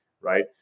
right